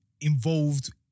involved